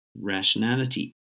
rationality